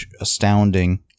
astounding